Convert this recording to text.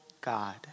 God